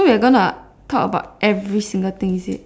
so we're going to talk about every single thing is it